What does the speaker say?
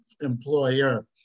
employer